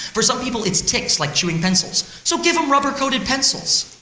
for some people, it's tics, like chewing pencils, so give them rubber coated pencils.